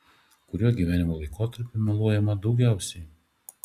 kuriuo gyvenimo laikotarpiu meluojama daugiausiai